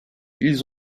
ils